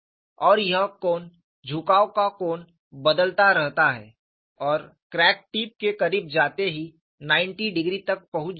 और यह कोण झुकाव का कोण बदलता रहता है और क्रैक टिप के करीब जाते ही 90 डिग्री तक पहुंच जाता है